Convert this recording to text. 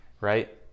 Right